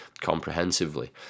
comprehensively